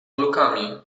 lukami